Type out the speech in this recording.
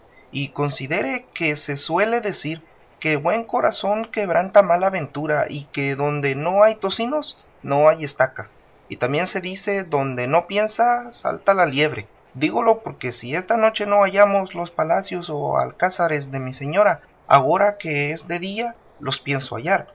y considere que se suele decir que buen corazón quebranta mala ventura y que donde no hay tocinos no hay estacas y también se dice donde no piensa salta la liebre dígolo porque si esta noche no hallamos los palacios o alcázares de mi señora agora que es de día los pienso hallar